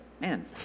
man